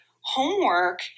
homework